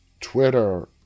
Twitter